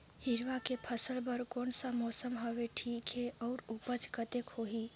हिरवा के फसल बर कोन सा मौसम हवे ठीक हे अउर ऊपज कतेक होही?